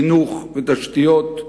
חינוך ותשתיות,